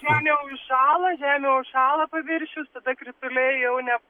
žemė užšąla žemė užšąla paviršius tada krituliai jau ne